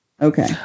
Okay